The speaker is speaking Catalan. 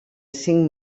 cinc